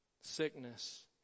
sickness